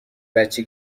بچه